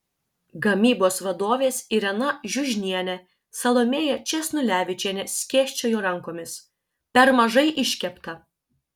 gamybos vadovės irena žiužnienė salomėja česnulevičienė skėsčiojo rankomis per mažai iškepta